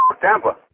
Tampa